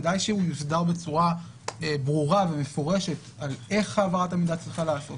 כדאי שהוא יוסדר בצורה ברורה ומפורשת על איך העברת המידע צריכה לעבור,